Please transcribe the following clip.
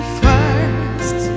first